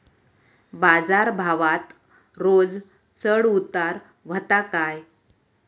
बाजार भावात रोज चढउतार व्हता काय?